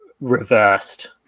reversed